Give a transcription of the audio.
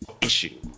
issue